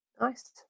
Nice